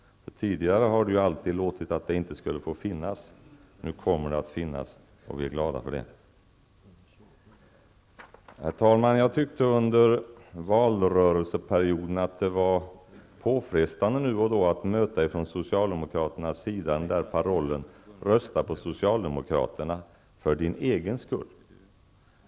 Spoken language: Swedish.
Tidigare har det alltid låtit som att det inte skulle få finnas. Men nu kommer det att finnas, och vi är glada för det. Herr talman! Under valrörelsen var det påfrestande att nu och då från socialdemokraternas sida möta parollen: ''Rösta på socialdemokraterna -- för din egen skull.''